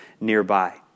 nearby